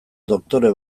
doktore